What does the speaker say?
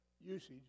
usage